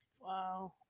Wow